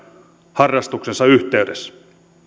harrastuksensa yhteydessä